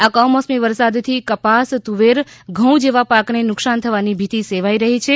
આ કમોસમી વરસાદથી કપાસ તુવેર ઘઉં જેવા પાકને નુકસાન થવાની ભીતી સેવાઈ રહી છે